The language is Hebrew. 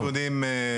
אין לי נתונים ספציפיים,